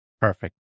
Perfect